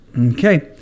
Okay